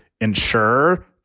ensure